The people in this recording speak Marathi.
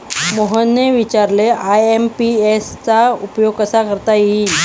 मोहनने विचारले आय.एम.पी.एस चा उपयोग कसा करता येईल?